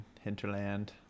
hinterland